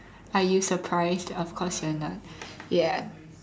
are you surprised of course you are not ya